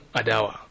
adawa